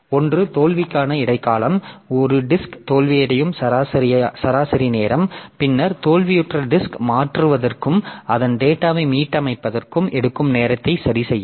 ஒன்று தோல்விக்கான இடைக்காலம் ஒரு டிஸ்க் தோல்வியடையும் சராசரி நேரம் பின்னர் தோல்வியுற்ற டிஸ்க் மாற்றுவதற்கும் அதன் டேட்டாவை மீட்டமைப்பதற்கும் எடுக்கும் நேரத்தை சரிசெய்ய